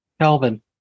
Kelvin